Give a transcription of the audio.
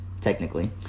technically